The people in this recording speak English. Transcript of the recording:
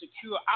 secure